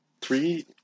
Three